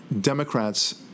Democrats